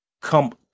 Come